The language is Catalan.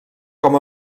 com